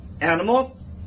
animals